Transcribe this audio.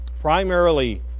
primarily